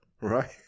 right